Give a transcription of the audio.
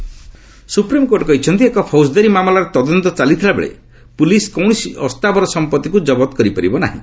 SC property supreme court କହିଛନ୍ତି ଏକ ପୌଜଦାରୀ ମାମଲାର ତଦନ୍ତ ଚାଲିଥିବାବେଳେ ପୁଲିସ କୌଣସି ଅସ୍ଥାବର ସମ୍ପତ୍ତିକୁ ଜବତ କରିପାରିବ ନାହିଁ